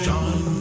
John